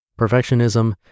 Perfectionism